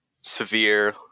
severe